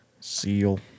Seal